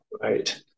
right